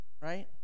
Right